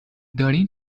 دارین